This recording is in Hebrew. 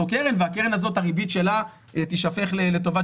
קרן והריבית של הקרן הזאת תישפך לטובת